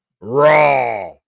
raw